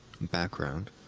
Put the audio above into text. background